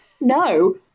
no